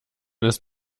ist